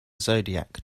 zodiac